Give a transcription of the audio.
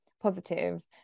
positive